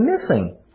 missing